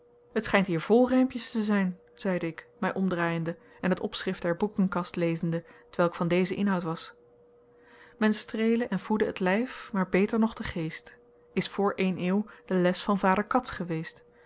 het schijnt hier vol rijmpjes te zijn zeide ik mij omdraaiende en het opschrift der boekenkast lezende t welk van dezen inhoud was men streele en voede t lijf maar beter nog den geest is voor eene eeuw de les van vader cats geweest